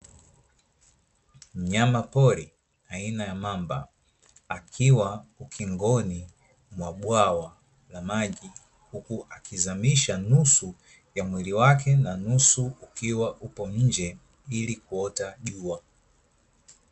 Mnyamapori aina ya mamba, akiwa ukingoni mwa bwawa la maji, huku akizamisha nusu ya mwili wake na nusu ukiwa upo nje, ili kuota jua.